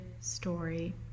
story